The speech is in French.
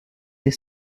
ses